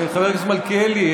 חבר הכנסת מלכיאלי,